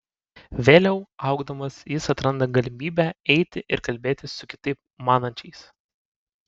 vėliau augdamas jis atranda galimybę eiti ir kalbėtis su kitaip manančiais